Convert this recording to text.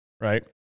right